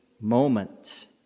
moment